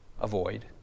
avoid